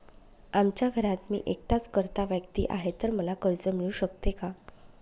आमच्या घरात मी एकटाच कर्ता व्यक्ती आहे, तर मला कर्ज मिळू शकते का?